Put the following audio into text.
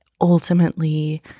ultimately